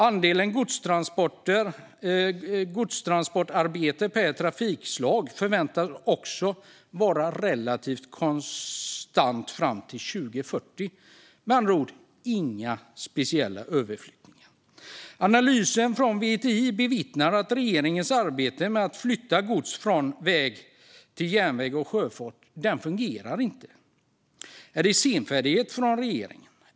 Andelen godstransportarbete per trafikslag förväntas också vara relativt konstant fram till 2040." Med andra ord har inga speciella överflyttningar skett. Analysen från VTI vittnar om att regeringens arbete med att flytta gods från väg till järnväg och sjöfart inte fungerar. Handlar det om senfärdighet från regeringen?